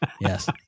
Yes